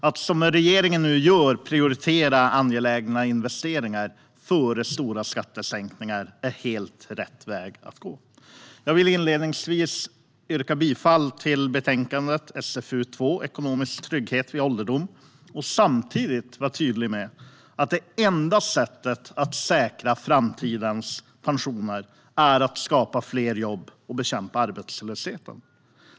Att som regeringen gör prioritera angelägna investeringar före stora skattesänkningar är helt rätt väg att gå. Jag yrkar bifall till utskottets förslag och vill samtidigt vara tydlig med att det enda sättet att säkra framtidens pensioner är att skapa fler jobb och bekämpa arbetslösheten.